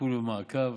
בטיפול ובמעקב.